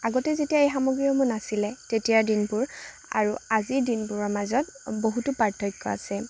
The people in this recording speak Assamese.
আগতে যেতিয়া এই সামগ্ৰীসমূহ নাছিলে তেতিয়াৰ দিনবোৰ আৰু আজিৰ দিনবোৰৰ মাজত বহুতো পাৰ্থক্য আছে